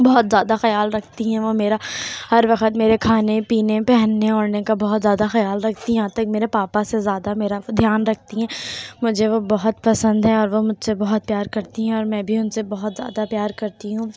بہت زیادہ خیال رکھتی ہیں وہ میرا ہر وقت میرے کھانے پینے پہننے اوڑھنے کا بہت زیادہ خیال رکھتی ہیں یہاں تک میرے پاپا سے زیادہ میرا دھیان رکھتی ہیں مجھے وہ بہت پسند ہیں اور وہ مجھ سے بہت پیار کرتی ہیں اور میں بھی ان سے بہت زیادہ پیار کرتی ہوں